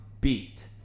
beat